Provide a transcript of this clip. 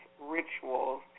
rituals